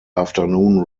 afternoon